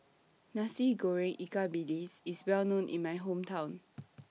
Nasi Goreng Ikan Bilis IS Well known in My Hometown